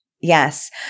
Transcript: Yes